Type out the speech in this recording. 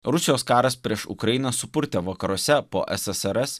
rusijos karas prieš ukrainą supurtė vakaruose po ssrs